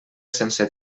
sense